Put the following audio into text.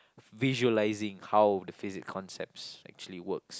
visualizing how the physics concepts actually works